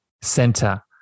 center